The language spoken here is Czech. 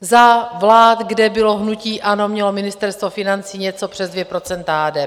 Za vlád, kde bylo hnutí ANO, mělo Ministerstvo financí něco přes 2 % HDP.